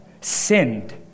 sinned